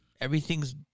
Everything's